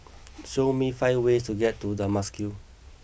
show me five ways to get to Damascus